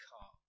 car